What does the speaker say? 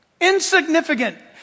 Insignificant